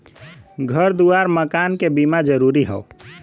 घर दुआर मकान के बीमा जरूरी हौ